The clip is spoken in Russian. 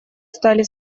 стали